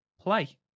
play